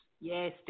Yes